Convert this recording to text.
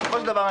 בסופו של דבר,